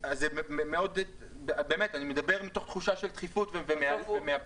באמת, אני מדבר מתוך תחושה של דחיפות ומהבטן.